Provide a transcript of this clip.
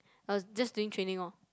I was just doing training orh